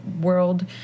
world